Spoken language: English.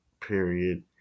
period